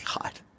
God